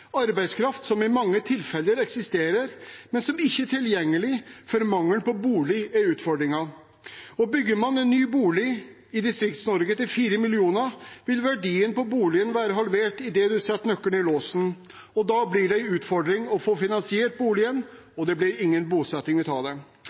arbeidskraft, arbeidskraft som i mange tilfeller eksisterer, men som ikke er tilgjengelig fordi mangel på bolig er utfordringen. Bygger man en ny bolig i Distrikts-Norge til 4 mill. kr, vil verdien på boligen være halvert idet man setter nøkkelen i låsen, og da blir det en utfordring å få finansiert boligen,